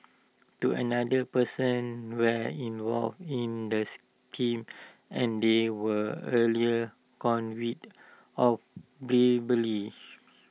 two another persons were involved in the scheme and they were earlier convicted of